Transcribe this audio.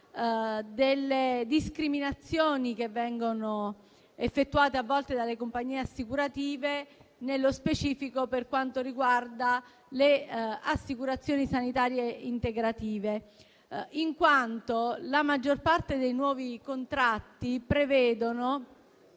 a discriminazioni che vengono effettuate a volte dalle compagnie assicurative, nello specifico per quanto riguarda le assicurazioni sanitarie integrative, in quanto la maggior parte dei nuovi contratti prevede